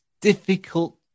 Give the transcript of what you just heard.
difficult